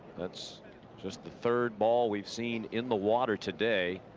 that's just the third ball we've seen in the water today.